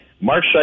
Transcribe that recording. Mark